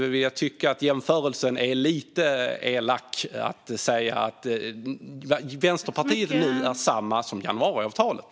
Jag tycker att jämförelsen är lite elak att säga att det för Vänsterpartiet nu är samma som med januariavtalet.